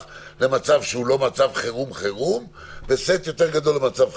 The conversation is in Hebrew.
למצב שהוא לא מצב חירום וסט יותר גדול למצב חירום?